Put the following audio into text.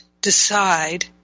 decide